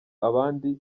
abandi